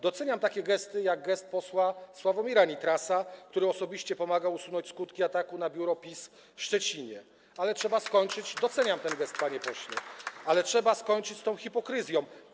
Doceniam takie gesty jak gest posła Sławomira Nitrasa, który osobiście pomagał usunąć skutki ataku na biuro PiS w Szczecinie - doceniam ten gest, panie pośle - ale trzeba skończyć z tą hipokryzją.